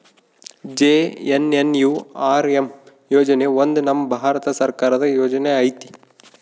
JNNURM ಯೋಜನೆ ಒಂದು ನಮ್ ಭಾರತ ಸರ್ಕಾರದ ಯೋಜನೆ ಐತಿ